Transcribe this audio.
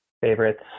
favorites